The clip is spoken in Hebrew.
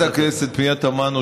אלא אם כן,